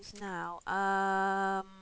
now